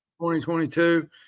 2022